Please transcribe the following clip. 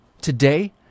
Today